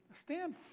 stand